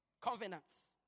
Covenants